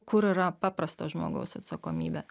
kur yra paprasto žmogaus atsakomybė